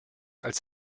als